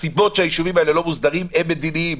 הסיבות שהישובים האלה לא מוסדרים הן מדיניות.